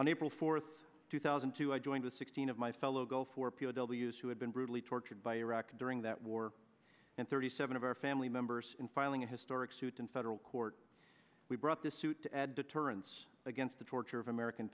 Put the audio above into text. on april fourth two thousand to i joined the sixteen of my fellow go for p o w s who had been brutally tortured by iraq during that war and thirty seven of our family members in filing a historic suit in federal court we brought this suit to add deterrence against the torture of american